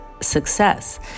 success